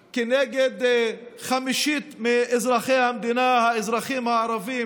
נגד חמישית מאזרחי המדינה, האזרחים הערבים,